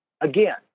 Again